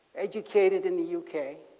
educated in the u k.